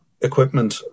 equipment